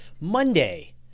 Monday